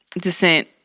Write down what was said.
descent